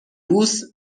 بوس